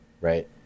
Right